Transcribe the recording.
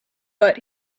but